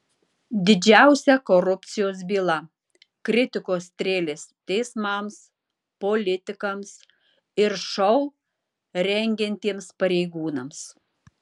didžiausia korupcijos byla kritikos strėlės teismams politikams ir šou rengiantiems pareigūnams